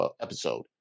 episode